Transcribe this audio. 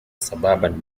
suburban